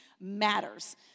matters